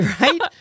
Right